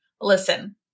Listen